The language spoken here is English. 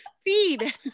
feed